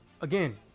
again